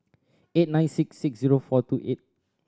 eight nine six six zero four two eight